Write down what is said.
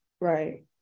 right